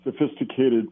sophisticated